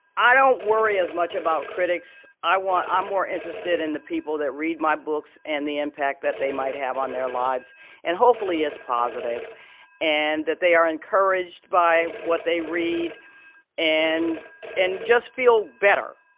i don't worry as much about critics. i want i'm more interested in the people that read my books and the impact that they might have on their lives and hopefully, it's positive and that they are encouraged by what they read and and just feel better.